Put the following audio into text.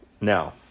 Now